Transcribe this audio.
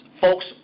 Folks